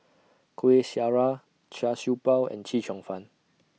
Kueh Syara Char Siew Bao and Chee Cheong Fun